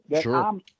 Sure